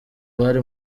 bari